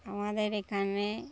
আমাদের এখানে